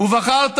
"ובחרת בחיים"